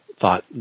thought